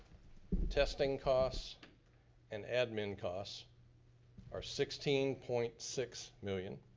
testing costs and admin costs are sixteen point six million.